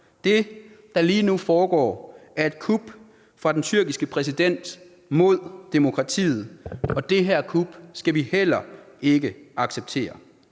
Det, der lige nu foregår, er et kup fra den tyrkiske præsident mod demokratiet, og det her kup skal vi heller ikke acceptere.